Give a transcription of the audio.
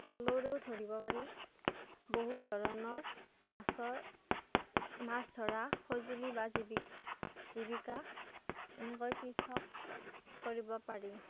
পলৰেও ধৰিব পাৰি বহুত ধৰণৰ মাছৰ মাছ ধৰা সঁজুলি বা জীৱিক জীৱিকা এনেকৈ পৃথক কৰিব পাৰি